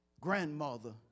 grandmother